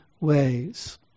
ways